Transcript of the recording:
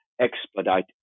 expedite